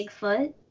Bigfoot